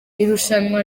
irushanwa